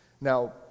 Now